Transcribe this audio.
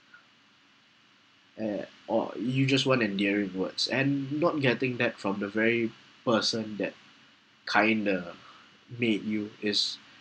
at or you just want endearing words and not getting that from the very person that kind of made you is